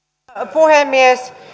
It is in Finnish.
puhemies